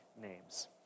names